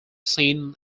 seen